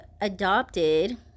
adopted